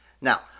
Now